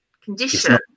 condition